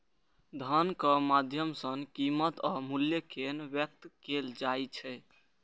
धनक माध्यम सं कीमत आ मूल्य कें व्यक्त कैल जाइ छै